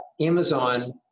Amazon